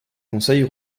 conseils